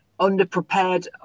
underprepared